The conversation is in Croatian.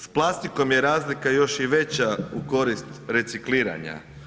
S plastikom je razlika još i veća u korist recikliranja.